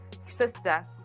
sister